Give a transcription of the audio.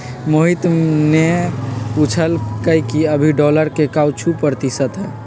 मोहित ने पूछल कई कि अभी डॉलर के काउची प्रतिशत है?